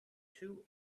two